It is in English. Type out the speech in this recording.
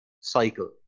cycle